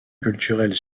culturels